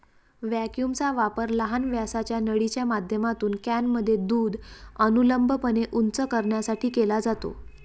व्हॅक्यूमचा वापर लहान व्यासाच्या नळीच्या माध्यमातून कॅनमध्ये दूध अनुलंबपणे उंच करण्यासाठी केला जातो